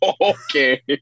Okay